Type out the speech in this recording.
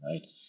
right